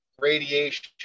radiation